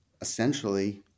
essentially